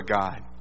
God